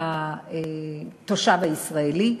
מהתושב הישראלי,